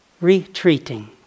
Retreating